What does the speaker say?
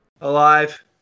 Alive